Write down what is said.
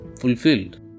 fulfilled